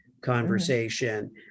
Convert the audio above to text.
conversation